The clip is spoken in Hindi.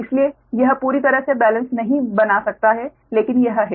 इसलिए यह पूरी तरह से बेलेंस नहीं बना सकता है लेकिन यह है